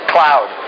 Cloud